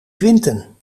quinten